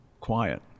quiet